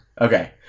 Okay